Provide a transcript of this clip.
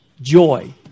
joy